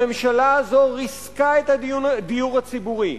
הממשלה הזאת ריסקה את הדיור הציבורי,